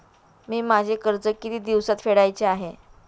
मी माझे कर्ज किती दिवसांत फेडायचे आहे?